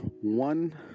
one